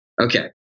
okay